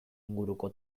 inguruko